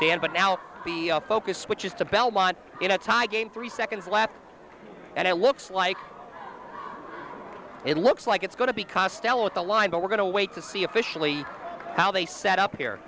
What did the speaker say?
dan but now the focus switches to belmont in a tie game three seconds left and it looks like it looks like it's going to be costello at the line but we're going to wait to see officially how they set up here